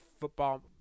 football